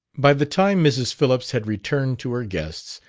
by the time mrs. phillips had returned to her guests,